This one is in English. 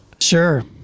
Sure